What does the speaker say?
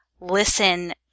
listen